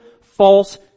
false